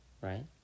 right